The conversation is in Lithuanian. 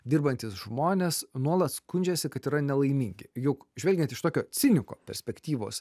dirbantys žmonės nuolat skundžiasi kad yra nelaimingi juk žvelgiant iš tokio ciniko perspektyvos